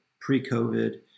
pre-COVID